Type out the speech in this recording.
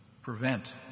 prevent